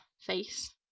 face